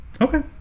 Okay